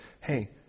hey